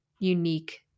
unique